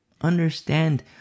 Understand